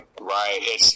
right